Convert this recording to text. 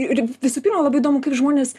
ir visų pirma labai įdomu kaip žmonės